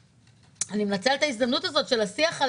אני מנצלת את ההזדמנות הזאת של השיח על